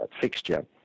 fixture